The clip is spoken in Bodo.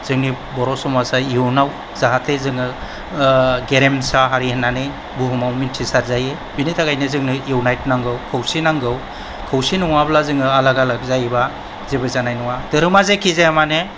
जोंनि बर' समाजा इउनाव जाहाथे जोङो गेरेमसा हारि होननानै बुहुमाव मिन्थिसार जायो बिनि थाखायनो जोंनो यूनिटि नांगौ खौसे नांगौ खौसे नङाब्ला जोङो आलाग आलाग जायोब्ला जेबो जानाय नङा धोरोमा जेखि जाया मानो